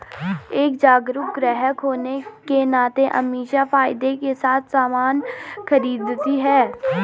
एक जागरूक ग्राहक होने के नाते अमीषा फायदे के साथ सामान खरीदती है